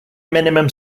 minimum